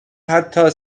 حتی